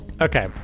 Okay